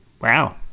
Wow